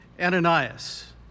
Ananias